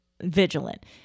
vigilant